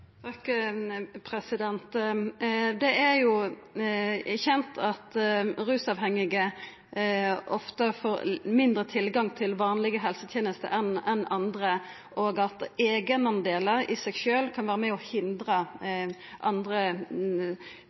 Det er kjent at rusavhengige ofte får dårlegare tilgang til vanlege helsetenester enn andre, og at eigendelar i seg sjølv kan vera med på å hindra andre